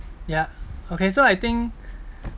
ya okay so I think